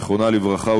זיכרונה לברכה,